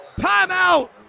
Timeout